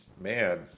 man